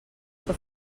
que